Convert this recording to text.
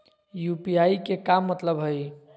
UPI के का मतलब हई?